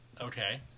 Okay